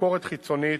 ביקורת חיצונית,